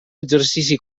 exercici